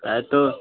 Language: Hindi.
है तो